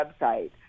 website